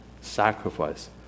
Sacrifice